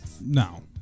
no